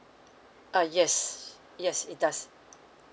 uh yes yes it does